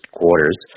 quarters